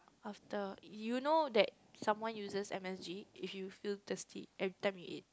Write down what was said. after you know that someone uses M_S_G if you feel thirsty every time you eat